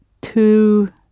two